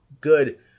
good –